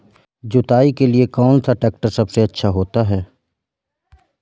जुताई के लिए कौन सा ट्रैक्टर सबसे अच्छा होता है?